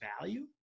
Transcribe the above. value